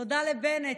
תודה לבנט,